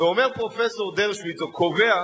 ואומר פרופסור דרשוביץ, או קובע,